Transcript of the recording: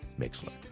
Mixler